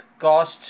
cost